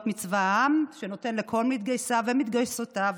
מצבא העםף שנותן לכל מתגייסיו ומתגייסותיו